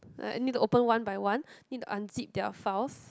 and I need to open one by one need to unzip their files